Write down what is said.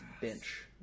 bench